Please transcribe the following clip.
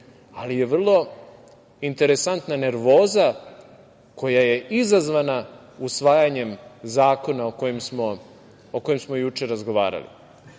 ali je vrlo interesantna nervoza koja je izazvana usvajanjem zakona o kojem smo juče razgovarali.